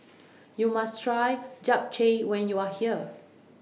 YOU must Try Japchae when YOU Are here